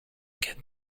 get